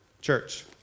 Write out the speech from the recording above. church